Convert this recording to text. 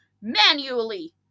manually